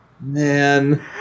man